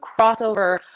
crossover